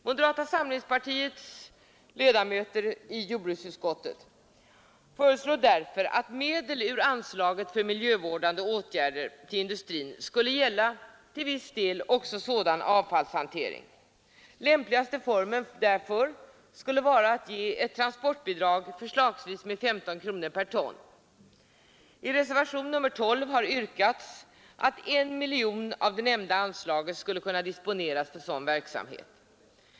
Moderata samlingspartiets ledamöter i jordbruksutskottet föreslår därför att medel ur anslaget för miljövårdande åtgärder inom industrin skall gälla till viss del också sådan avfallshantering. Lämpligaste formen för detta skulle vara att ge ett transportbidrag, förslagsvis med 15 kronor per ton. I reservationen 12 har yrkats att 1 miljon av det nämnda anslaget skulle kunna disponeras för verksamhet av detta slag.